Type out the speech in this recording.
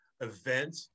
event